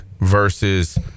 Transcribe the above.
versus